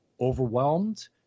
Overwhelmed